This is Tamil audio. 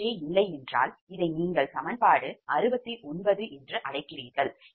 Bijஇல்லை என்றால் இதை நீங்கள் சமன்பாடு 69 என்று அழைக்கிறீர்கள்